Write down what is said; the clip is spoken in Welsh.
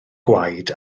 gwaed